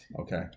Okay